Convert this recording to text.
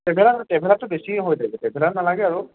traveller ট্ৰেভেলাৰটো বেছিয়ে হয় ট্ৰেভেলাৰ নালাগে আৰু